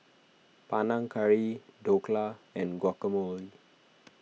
Panang Curry Dhokla and Guacamole